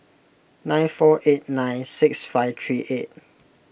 nine four eight nine six five three eight